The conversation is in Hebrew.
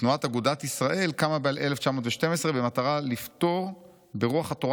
ותנועת אגודת ישראל קמה ב-1912 במטרה 'לפתור ברוח התורה